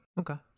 Okay